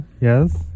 yes